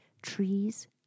trees